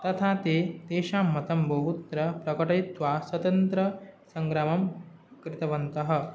तथा ते तेषां मतं बहुत्र प्रकटयित्वा स्वतन्त्रसंग्रामं कृतवन्तः